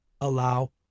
allow